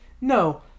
No